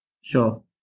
sure